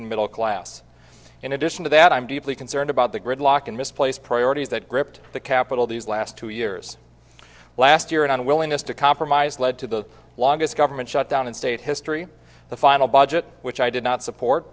ing middle class in addition to that i'm deeply concerned about the gridlock in misplaced priorities that gripped the capital these last two years last year an unwillingness to compromise led to the longest government shutdown in state history the final budget which i did not support